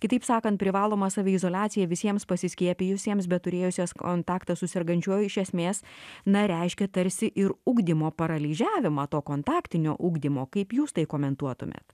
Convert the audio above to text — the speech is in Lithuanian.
kitaip sakant privaloma saviizoliacija visiems pasiskiepijusiems bet turėjusiems kontaktą su sergančiuoju iš esmės na reiškia tarsi ir ugdymo paralyžiavimą to kontaktinio ugdymo kaip jūs tai komentuotumėt